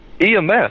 EMS